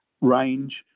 range